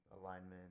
alignment